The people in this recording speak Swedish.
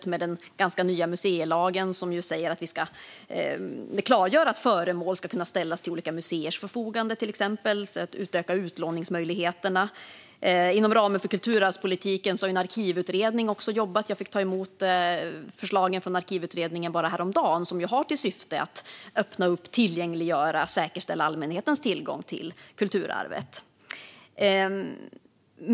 Där har vi den ganska nya museilagen som säger att vi ska klargöra att föremål ska kunna ställas till olika museers förfogande. Man ska till exempel utöka utlåningsmöjligheterna. Inom ramen för kulturarvspolitiken har också en arkivutredning jobbat. Jag fick ta emot förslagen från utredningen så sent som häromdagen, och de har som syfte att öppna upp, tillgängliggöra och säkerställa allmänhetens tillgång till kulturarvet.